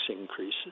increases